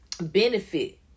benefit